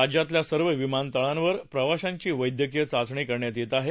राज्यातल्या सर्व विमानतळांवर प्रवाशांची वैद्यकीय चाचणी करण्यात येत आहे